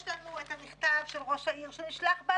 הסיבה שהתלבטתי היא סיבה אחת פשוטה: יש לי 83 גני ילדים